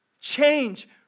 Change